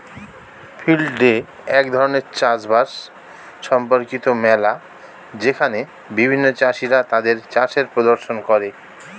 field day এক ধরণের চাষ বাস সম্পর্কিত মেলা যেখানে বিভিন্ন চাষীরা তাদের চাষের প্রদর্শন করে